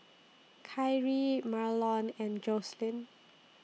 Kyrie Marlon and Jocelyn